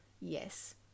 Yes